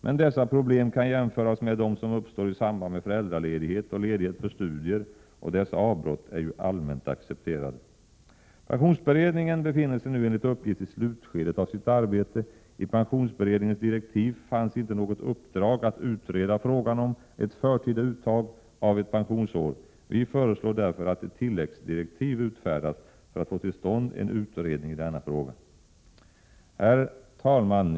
Men dessa problem kan jämföras med dem som uppstår i samband med föräldraledighet och ledighet för studier, och dessa avbrott är ju allmänt accepterade. Pensionsberedningen befinner sig nu enligt uppgift i slutskedet av sitt arbete. I pensionsberedningens direktiv fanns inte något uppdrag att utreda frågan om ett förtida uttag av ett pensionsår. Vi föreslår därför att ett tilläggsdirektiv utfärdas för att få till stånd en utredning i denna fråga. Herr talman!